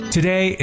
Today